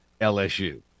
LSU